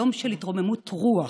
יום של התרוממות רוח,